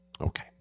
Okay